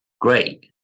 great